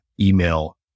email